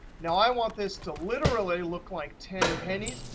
now, i want this to literally look like ten pennies.